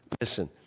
listen